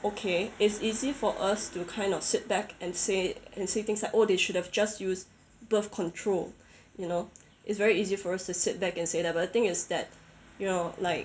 okay it's easy for us to kind of sit back and say and say things like oh they should have just used birth control you know it's very easy for us to sit back and say that but the thing is that you know like